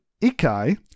Ikai